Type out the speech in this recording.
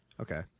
Okay